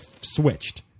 switched